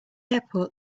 airport